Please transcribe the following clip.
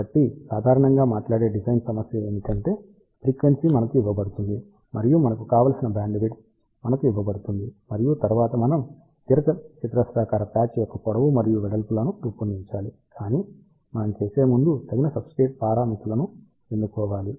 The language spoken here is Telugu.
కాబట్టి సాధారణంగా మాట్లాడే డిజైన్ సమస్య ఏమిటంటే ఫ్రీక్వెన్సీ మనకు ఇవ్వబడుతుంది మరియు కావలసిన బ్యాండ్విడ్త్ మనకు ఇవ్వబడుతుంది మరియు తరువాత మనం దీర్ఘచతురస్రాకార ప్యాచ్ యొక్క పొడవు మరియు వెడల్పును రూపొందించాలి కాని మనం చేసే ముందు తగిన సబ్స్ట్రేట్ పారామితులను ఎన్నుకోవాలి